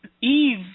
Eve